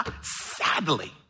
sadly